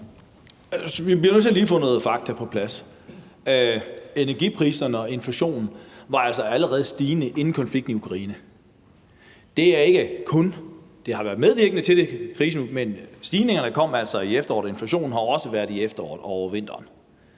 vi bliver nødt til lige at få noget fakta på plads. Energipriserne og inflationen var altså allerede stigende inden konflikten i Ukraine. Krisen har været medvirkende til det, men stigningerne kom altså i efteråret og inflationen har også været der i efteråret og over vinteren.